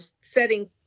setting